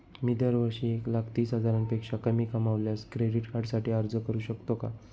मी दरवर्षी एक लाख तीस हजारापेक्षा कमी कमावल्यास क्रेडिट कार्डसाठी अर्ज करू शकतो का?